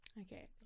Okay